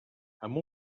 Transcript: amb